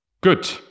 Good